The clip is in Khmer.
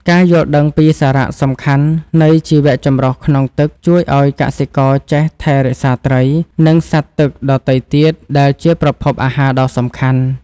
ការយល់ដឹងពីសារៈសំខាន់នៃជីវចម្រុះក្នុងទឹកជួយឱ្យកសិករចេះថែរក្សាត្រី និងសត្វទឹកដទៃទៀតដែលជាប្រភពអាហារដ៏សំខាន់។